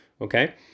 Okay